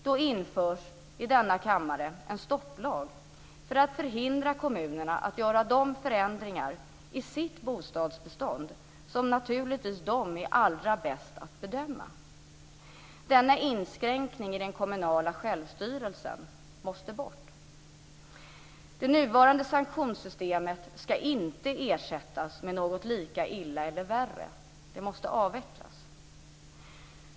Då införs i denna kammare en stopplag för att hindra kommunerna från att göra de förändringar i det egna bostadsbeståndet som naturligtvis de är allra bäst på att bedöma. Denna inskränkning i den kommunala självstyrelsen måste bort. Det nuvarande sanktionssystemet ska inte ersättas med något lika dåligt eller värre. Det måste avvecklas.